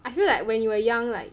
I feel like when you were young like